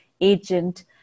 agent